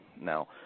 Now